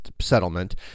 settlement